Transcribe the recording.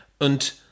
und